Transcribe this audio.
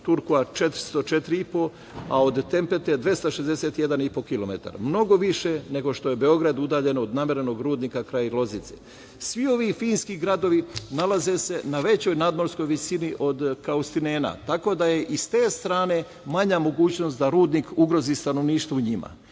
Turkoa 404,5, a od Tempete 261,5 kilometar. Mnogo više nego što je Beograd udaljen od nemerenog rudnika kraj Loznice. Svi ovi finski gradovi nalaze se na većoj nadmorskoj visini od Haustinena. Tako da je i sa te strane manja mogućnost da rudnik ugrozi stanovništvo u njima.